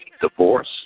Divorce